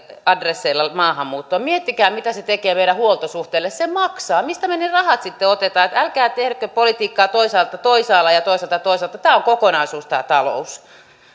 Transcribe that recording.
adresseilla maahanmuuttoa miettikää mitä se tekee meidän huoltosuhteelle se maksaa mistä me ne rahat sitten otetaan älkää tehkö politiikkaa toisaalta toisaalla ja toisaalta toisaalla tämä on kokonaisuus tämä talous